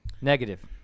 Negative